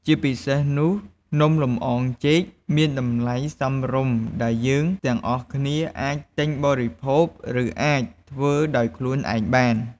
ជាពិសេសនោះ នំលម្អងចេកមានតម្លៃសមរម្យដែលយើងទាំងអស់គ្នាអាចទិញបរិភោគ ឬអាចធ្វើដោយខ្លួនឯងបាន។